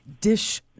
dish